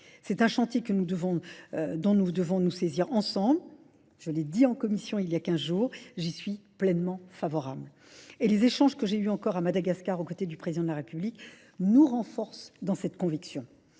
C'est un chantier dont nous devons nous saisir ensemble. Je l'ai dit en commission il y a quinze jours, j'y suis pleinement favorable. Et les échanges que j'ai eus encore à Madagascar aux côtés du Président de la République nous renforcent dans cette conviction.